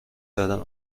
دادن